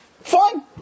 fine